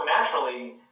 naturally